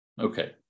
Okay